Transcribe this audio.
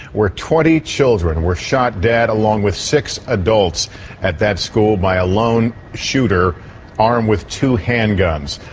where twenty children were shot dead along with six adults at that school by a lone shooter armed with two hand-guns.